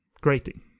grating